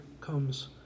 comes